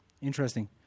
Interesting